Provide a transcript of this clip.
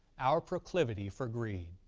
our proclivity for greed.